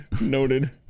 Noted